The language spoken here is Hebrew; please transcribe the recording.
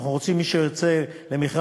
אנחנו רוצים שמי שיוצא למכרז,